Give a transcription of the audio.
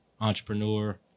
entrepreneur